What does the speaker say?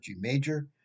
major